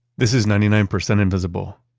this is ninety nine percent invisible.